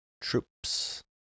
troops